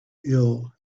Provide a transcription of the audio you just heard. ill